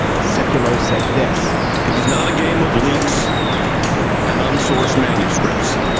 seculars said. this is not a game of leaks and unsourced manuscripts,